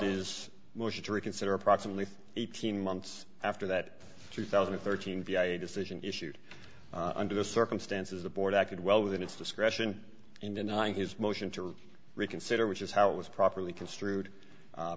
his motion to reconsider approximately eighteen months after that two thousand and thirteen v i i decision issued under the circumstances the board acted well within its discretion in denying his motion to reconsider which is how it was properly construed